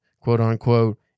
quote-unquote